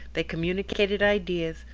they communicated ideas,